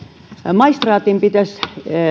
maistraatin pitäisi